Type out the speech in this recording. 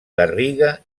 garriga